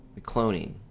Cloning